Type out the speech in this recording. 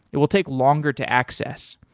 it will take longer to access,